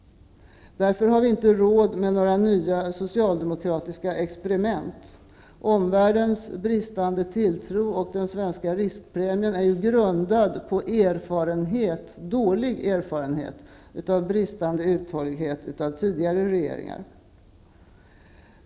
Därför har vi inte råd med några nya socialdemokratiska experiment. Omvärldens bristande tilltro och den svenska riskpremien är grundad på dålig erfarenhet av bristande uthållighet av tidigare regeringar.